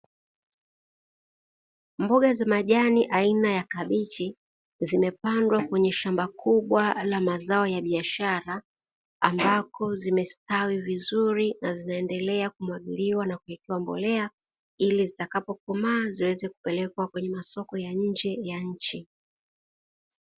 Mboga za majani aina ya kabichi zimepandwa kwenye shamba kubwa la mazao ya biashara ambako zimestawi vizuri na zinaendelea kumwagiliwa na kuwekewa mbolea, ili zitakapo komaa ziweze kupelekwa kwenye masoko ya nje ya nchi.